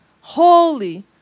holy